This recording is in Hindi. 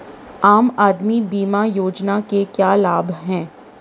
आम आदमी बीमा योजना के क्या लाभ हैं?